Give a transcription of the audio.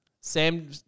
Sam